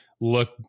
look